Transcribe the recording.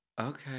Okay